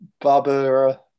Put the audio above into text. Barbara